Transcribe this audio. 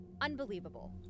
Unbelievable